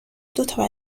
دوتا